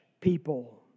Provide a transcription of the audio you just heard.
people